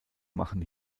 machen